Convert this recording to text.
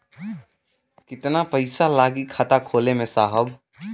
कितना पइसा लागि खाता खोले में साहब?